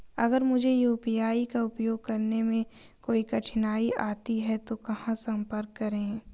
अगर मुझे यू.पी.आई का उपयोग करने में कोई कठिनाई आती है तो कहां संपर्क करें?